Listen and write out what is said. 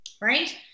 right